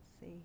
see